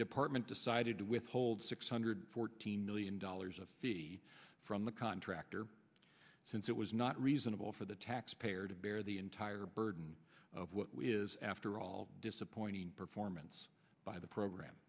department decided to withhold six hundred fourteen million dollars a fee from the contractor since it was not reasonable for the taxpayer to bear the entire burden of what is after all disappointing performance by the program